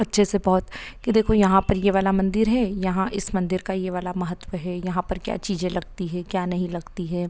अच्छे से बहुत कि देखो यहाँ पर ये वाला मंदिर है यहाँ इस मंदिर का ये वाला महत्व है यहाँ पर क्या चीज़ें लगती है क्या नहीं लगती है